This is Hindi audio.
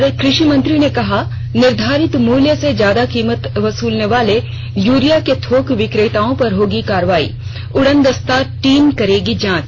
और कृषि मंत्री ने कहा निर्धारित मूल्य से ज्यादा कीमत वसूलने वाले यूरिया के थोक बिक्रेताओं पर होगी कार्रवाई उड़नदस्ता टीम करेगी जांच